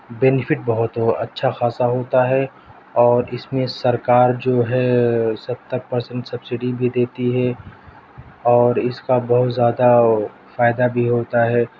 benefit بہت ہو اچھا خاصا ہوتا ہے اور اس میں سرکار جو ہے ستر پرسینٹ سبسڈی بھی دیتی ہے اور اس کا بہت زیادہ فائدہ بھی ہوتا ہے